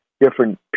different